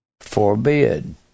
forbid